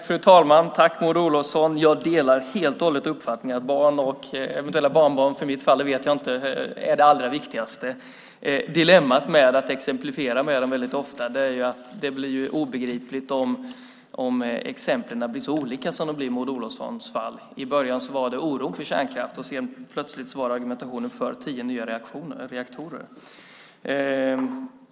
Fru talman! Jag tackar Maud Olofsson och delar helt och hållet uppfattningen att barn och i mitt fall eventuella barnbarn - jag vet ännu inte hur det blir - är det allra viktigaste. Dilemmat är att när man ofta exemplifierar med dem blir det hela obegripligt när exemplen är så olika som de är i Maud Olofssons fall. I början var det en oro för kärnkraften, och sedan var det plötsligt en argumentation för tio nya reaktorer.